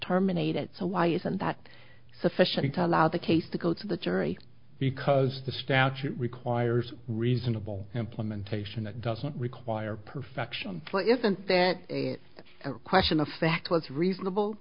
terminated so why isn't that sufficient to allow the case to go to the jury because the statute requires reasonable implementation that doesn't require perfection or isn't there a question of fact what's reasonable